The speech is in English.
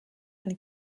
and